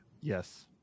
Yes